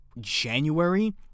January